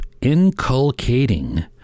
inculcating